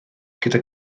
gyda